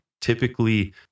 typically